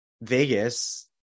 Vegas